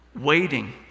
Waiting